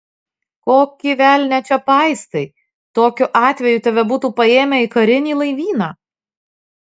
kokį velnią čia paistai tokiu atveju tave būtų paėmę į karinį laivyną